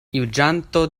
juĝanto